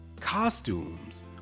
costumes